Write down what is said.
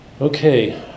Okay